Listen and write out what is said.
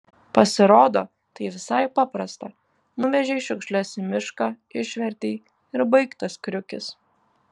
pasirodo tai visai paprasta nuvežei šiukšles į mišką išvertei ir baigtas kriukis